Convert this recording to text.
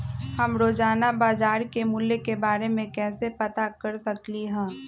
हम रोजाना बाजार के मूल्य के के बारे में कैसे पता कर सकली ह?